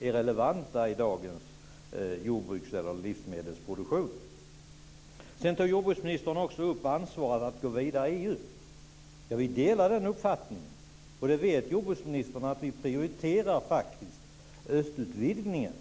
är relevanta i dagens jordbruks och livsmedelsproduktion. Sedan tog jordbruksministern upp ansvaret att gå vidare i EU. Vi delar den uppfattningen, och jordbruksministern vet att vi faktiskt prioriterar östutvidgningen.